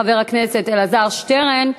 חבר הכנסת אלעזר שטרן,